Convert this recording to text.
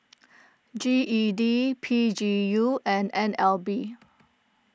G E D P G U and N L B